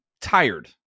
tired